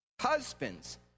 Husbands